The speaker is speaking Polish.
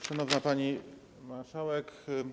Szanowna Pani Marszałek!